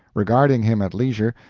regarding him at leisure,